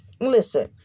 listen